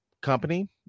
company